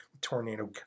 tornado